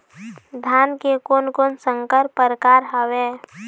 धान के कोन कोन संकर परकार हावे?